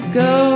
go